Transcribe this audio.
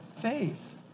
faith